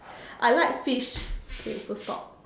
I like fish okay full stop